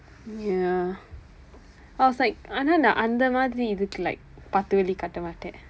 ya I was like ஆனா நான் அந்த மாதிரி இதுக்கு:aanaa naan andtha maathiri ithukku like பத்து வெள்ளி கட்ட மாட்டேன்:paththu velli katda maatdeen